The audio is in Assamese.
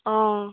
অঁ